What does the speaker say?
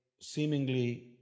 seemingly